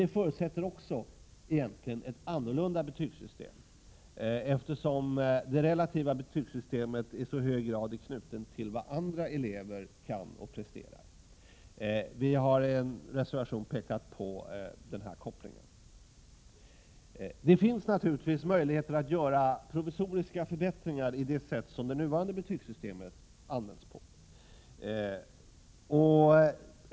Detta förutsätter egentligen också ett annorlunda betygssystem, eftersom systemet med relativa betyg i så hög grad är knutet till vad andra elever kan och presterar. Vi har i en reservation pekat på denna koppling. Det finns naturligtvis också möjligheter att göra provisoriska förbättringar i det nuvarande betygssystemet.